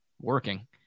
working